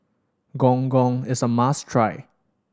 Gong Gong is a must try